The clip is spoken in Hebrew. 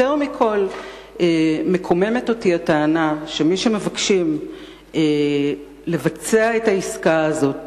יותר מכול מקוממת אותי הטענה שמי שמבקשים לבצע את העסקה הזאת,